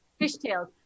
fishtails